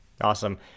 Awesome